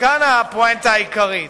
וכאן הפואנטה העיקרית: